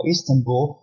Istanbul